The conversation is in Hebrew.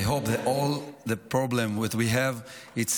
I hope that all the problem that we have is